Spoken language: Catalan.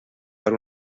per